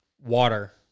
Water